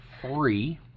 three